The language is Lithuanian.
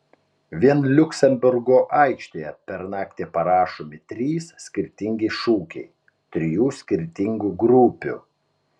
vien liuksemburgo aikštėje per naktį parašomi trys skirtingi šūkiai trijų skirtingų grupių